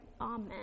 Amen